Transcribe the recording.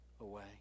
away